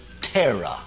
terror